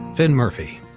finn murphy.